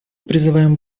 призываем